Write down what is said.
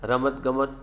રમતગમત